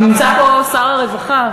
נמצא פה שר הרווחה.